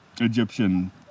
Egyptian